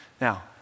Now